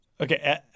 Okay